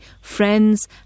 friends